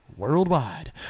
Worldwide